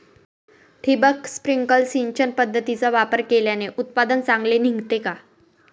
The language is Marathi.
ठिबक, स्प्रिंकल सिंचन पद्धतीचा वापर केल्याने उत्पादन चांगले निघते का?